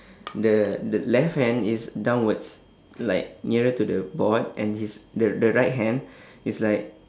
the the left hand is downwards like nearer to the board and his the the right hand is like